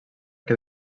que